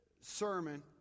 sermon